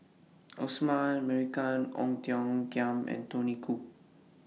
Osman Merican Ong Tiong Khiam and Tony Khoo